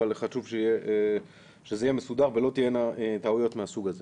אבל חשוב שזה יהיה מסודר ולא תהיינה טעויות מהסוג הזה.